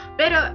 pero